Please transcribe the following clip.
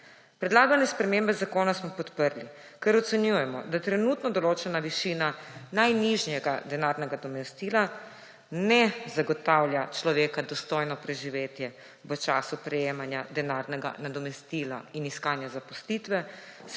Predlagane spremembe zakona smo podprli, ker ocenjujemo, da trenutno določena višina najnižjega denarnega nadomestila ne zagotavlja človeka dostojno preživetje v času prejemanja denarnega nadomestila in iskanja zaposlitve,